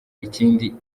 ikindi